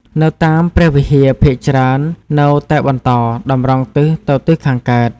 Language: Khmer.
នៅតាមព្រះវិហារភាគច្រើននៅតែបន្ត តម្រង់ទិសទៅទិសខាងកើត។